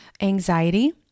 Anxiety